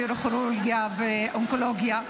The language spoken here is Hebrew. נוירוכירורגיה ואונקולוגיה.